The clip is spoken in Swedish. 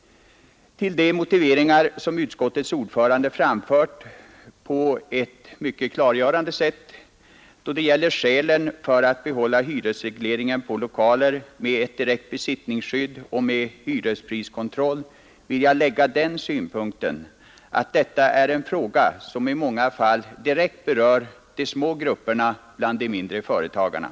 Till de motiveringar som civilutskottets ordförande framfört på ett mycket klargörande sätt då det gäller skälen för att behålla hyresregleringen på lokaler med ett direkt besittningsskydd och med hyrespriskontroll vill jag lägga den synpunkten, att detta är en fråga som i många fall direkt berör de små grupperna bland de mindre företagarna.